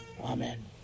amen